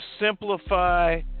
simplify